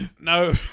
No